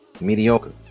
Mediocre